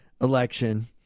election